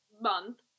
month